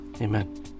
amen